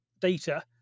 data